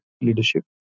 leadership